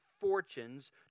fortunes